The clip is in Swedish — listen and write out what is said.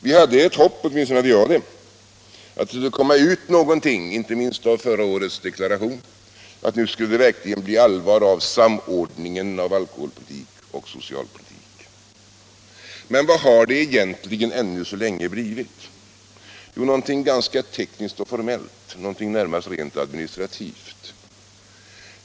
Vi hade ett hopp, åtminstone hade jag det, att det skulle komma ut någonting inte minst av förra årets deklaration att nu skulle det verkligen bli allvar av samordningen av alkoholpolitik och socialpolitik. Men vad har det egentligen ännu så länge blivit? Jo, någonting ganska tekniskt och formellt, någonting närmast rent administrativt.